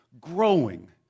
growing